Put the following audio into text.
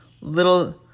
little